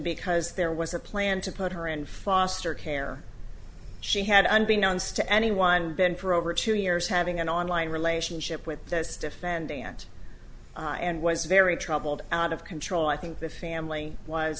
because there was a plan to put her in foster care she had unbeknownst to anyone been for over two years having an online relationship with this defendant and was very troubled out of control i think the family was